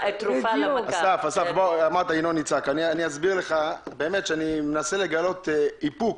אסף, אני מנסה לגלות איפוק.